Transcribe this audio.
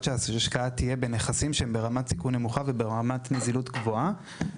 שההשקעה תהיה בנכסים שרמת הסיכון נמוכה וברמת נזילות גבוהה.